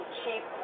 cheap